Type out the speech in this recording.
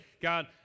God